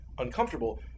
uncomfortable